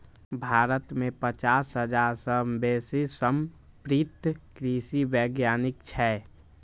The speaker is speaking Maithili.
भारत मे पचास हजार सं बेसी समर्पित कृषि वैज्ञानिक छै